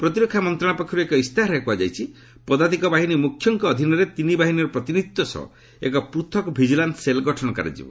ପ୍ରତିରକ୍ଷା ମନ୍ତ୍ରଣାଳୟ ପକ୍ଷରୁ ଏକ ଇସ୍ତାହାରରେ କୁହାଯାଇଛି ପଦାତିକ ବାହିନୀ ମୁଖ୍ୟଙ୍କ ଅଧୀନରେ ତିନି ବାହିନୀର ପ୍ରତିନିଧିତ୍ୱ ସହ ଏକ ପୂଥକ ଭିଜିଲାନ୍ ସେଲ୍ ଗଠନ କରାଯିବ